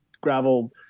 gravel